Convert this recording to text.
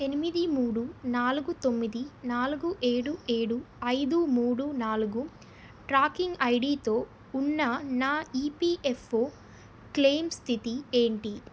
ఎనిమిది మూడు నాలుగు తొమ్మిది నాలుగు ఏడు ఏడు ఐదు మూడు నాలుగు ట్రాకింగ్ ఐడితో ఉన్న నా ఈపిఎఫ్ఓ క్లెయిమ్ స్థితి ఏంటి